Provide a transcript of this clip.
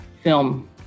film